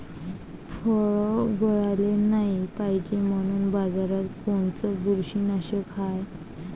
फळं गळाले नाही पायजे म्हनून बाजारात कोनचं बुरशीनाशक हाय?